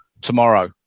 tomorrow